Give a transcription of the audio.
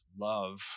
love